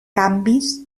canvis